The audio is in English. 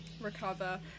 recover